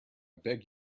beg